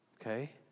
Okay